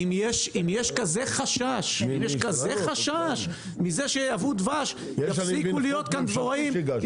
אם יש כזה חשש מזה שייבאו דבש ויפסיקו להיות כאן דבוראים,